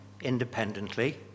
independently